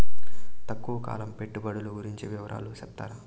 తక్కువ కాలం పెట్టుబడులు గురించి వివరాలు సెప్తారా?